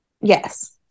Yes